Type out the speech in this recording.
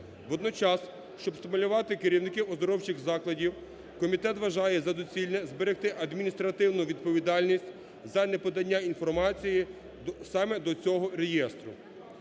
Водночас, щоб стимулювати керівників оздоровчих закладів, комітет вважає за доцільне зберегти адміністративну відповідальність за неподання інформації саме до цього реєстру.